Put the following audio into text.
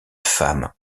femme